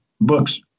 books